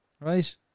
Right